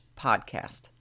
podcast